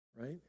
right